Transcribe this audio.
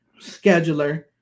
scheduler